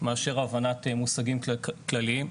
מאשר הבנת מושגים כלליים,